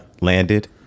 Landed